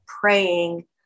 praying